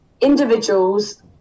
individuals